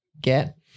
get